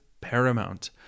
paramount